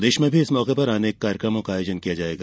प्रदेश में भी इस मौके पर अनेक कार्यक्रमों का आयोजन किया जाएगा